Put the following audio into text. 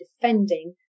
defending